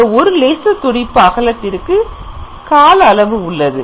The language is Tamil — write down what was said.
அந்த ஒரு லேசர் துடிப்பு அகலத்திற்கு கால அளவு உள்ளது